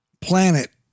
planet